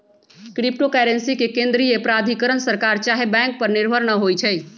crypto currency के केंद्रीय प्राधिकरण सरकार चाहे बैंक पर निर्भर न होइ छइ